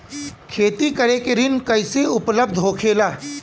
खेती करे के ऋण कैसे उपलब्ध होखेला?